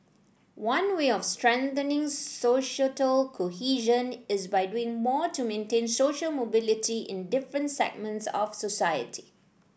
one way of strengthening societal cohesion is by doing more to maintain social mobility in different segments of society